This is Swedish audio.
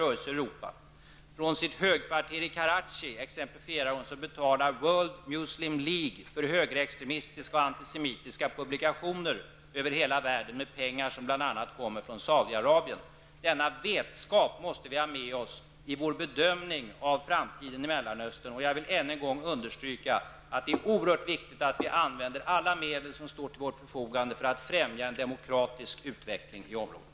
Som exempel nämner hon att från sitt högkvarter i Karachi betalar World Muslim League för högerextremistiska och antisemitiska publikationer över hela världen med pengar som bl.a. kommer från Saudi-Arabien. Denna vetskap måste vi ha med oss i vår bedömning av framtiden i Mellanöstern. Jag vill ännu en gång understryka att det är oerhört viktigt att vi använder alla medel som står till vårt förfogande för att främja en demokratisk utveckling i området.